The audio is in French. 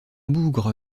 bougre